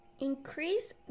increase